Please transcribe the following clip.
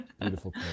Beautiful